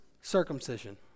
circumcision